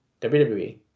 WWE